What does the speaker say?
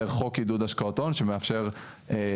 דרך חוק עידוד השקעות הון שמאפשר לחברות